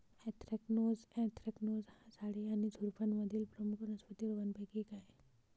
anthracnose anthracnose हा झाडे आणि झुडुपांमधील प्रमुख वनस्पती रोगांपैकी एक आहे